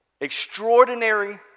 extraordinary